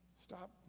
Stop